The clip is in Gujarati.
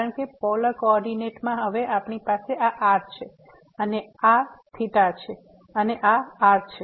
કારણ કે પોલર કોઓર્ડિનેટ માં હવે આપણી પાસે આ r છે અને આ થેટા છે અને આ r છે